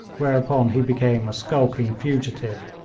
whereupon he became a skulking fugitive.